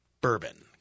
bourbon